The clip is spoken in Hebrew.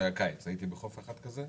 בחוף אחד כזה.